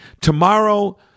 tomorrow